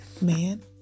man